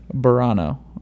Burano